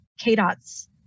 KDOT's